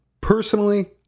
personally